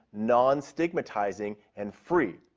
non-stigmatizing, and free.